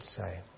say